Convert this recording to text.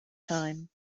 time